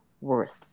worth